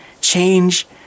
Change